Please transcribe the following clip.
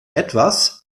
etwas